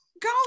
go